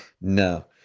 no